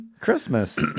Christmas